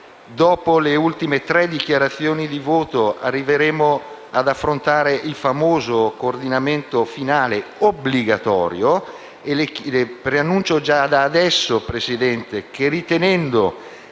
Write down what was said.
Dopo le ultime tre dichiarazioni di voto, arriveremo ad affrontare il famoso coordinamento finale obbligatorio; annuncio già da ora, Presidente, che ritenendo